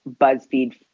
BuzzFeed